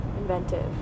inventive